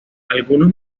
algunos